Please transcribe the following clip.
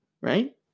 right